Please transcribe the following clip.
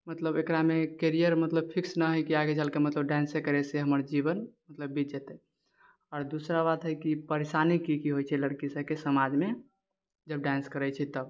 मतलब एकरामे कैरियर मतलब फिक्स न है की आगे चलके मतलब डान्से करैसँ हमर जीवन मतलब बीत जेतै आओर दूसरा बात है की परेशानी की की होइ छै लड़की सबके समाजमे जब डान्स करै छै तब